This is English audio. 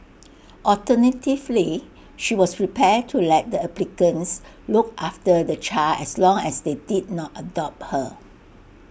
alternatively she was prepared to let the applicants look after the child as long as they did not adopt her